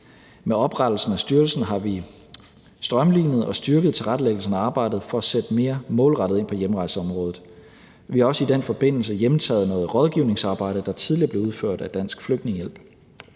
Med oprettelsen af styrelsen har vi strømlinet og styrket tilrettelæggelsen af arbejdet for at sætte mere målrettet ind på hjemrejseområdet. Vi har også i den forbindelse hjemtaget noget rådgivningsarbejde, der tidligere blev udført af Dansk Flygtningehjælp.